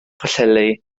pwllheli